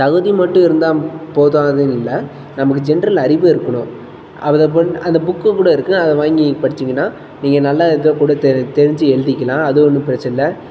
தகுதி மட்டும் இருந்தால் போதாதுன்னு இல்லை நமக்கு ஜென்ரல் அறிவு இருக்கணும் அதப் போல் அந்த புக்கு கூட இருக்குது அதை வாங்கி படித்தீங்கன்னா நீங்கள் நல்லா இருக்கக் கூட தெ தெரிஞ்சு எழுதிக்கலாம் அது ஒன்றும் பிரச்சனை இல்லை